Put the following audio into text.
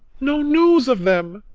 no news of them?